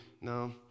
No